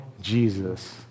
Jesus